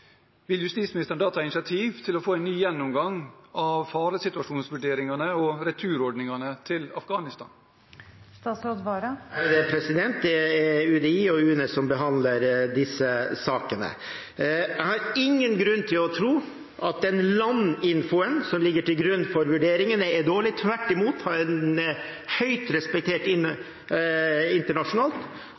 Vil justisministeren ta initiativ til å få en ny gjennomgang av faresituasjonsvurderingene for og returordningene til Afghanistan? Det er UDI og UNE som behandler disse sakene. Jeg har ingen grunn til å tro at den landinfoen som ligger til grunn for vurderingen, er dårlig. Tvert imot er den høyt respektert internasjonalt,